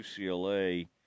UCLA